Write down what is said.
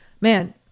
Man